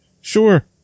Sure